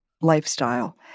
lifestyle